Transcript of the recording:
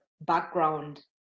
background